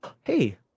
Hey